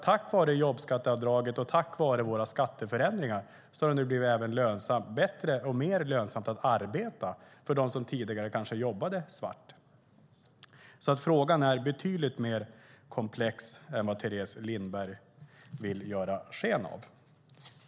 Tack vare jobbskatteavdraget och tack vare våra skatteförändringar har det blivit bättre och mer lönsamt att arbeta för dem som tidigare jobbade svart. Frågan är betydligt mer komplex än vad Teres Lindberg vill göra sken av.